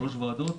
שלוש ועדות,